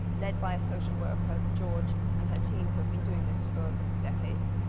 led by a social worker, george, and her team who have been doing this for decades.